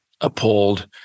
appalled